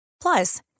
Plus